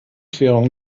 querung